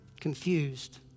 confused